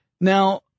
Now